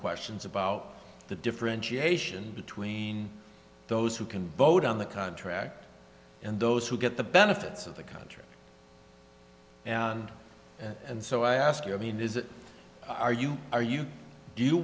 questions about the differentiation between those who can vote on the contract and those who get the benefits of the country and and so i ask you i mean is it are you are you